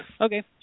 Okay